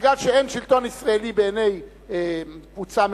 מפני שאין שלטון ישראלי בעיני קבוצה מסוימת,